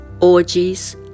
orgies